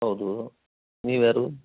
ಹೌದು ನೀವು ಯಾರು